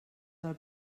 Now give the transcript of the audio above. del